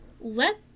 let